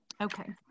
Okay